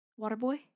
Waterboy